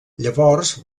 llavors